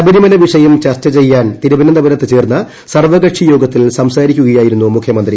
ശബരിമല വിഷയം ചർച്ച ചെയ്യാൻ തിരുവനന്തപുരത്ത് ചേർന്ന സർവ്വകക്ഷി യോഗത്തിൽ സംസാരിക്കുകയായിരുന്നു മുഖ്യമന്ത്രി